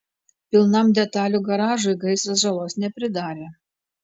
pilnam detalių garažui gaisras žalos nepridarė